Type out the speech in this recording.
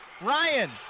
Ryan